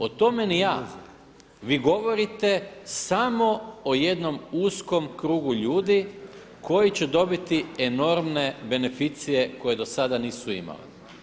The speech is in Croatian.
O tome ni a. Vi govorite samo o jednom uskom krugu ljudi koji će dobiti enormne beneficije koje dosada nisu imale.